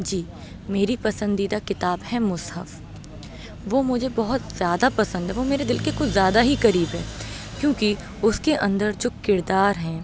جی میری پسندیدہ کتاب ہے مصحف وہ مجھے بہت زیادہ پسند ہے وہ میرے دل کے کچھ زیادہ ہی قریب ہے کیوں کہ اس کے اندر جو کردار ہیں